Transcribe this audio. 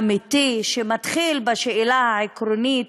אמיתי, שמתחיל בשאלה העקרונית